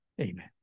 amen